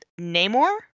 namor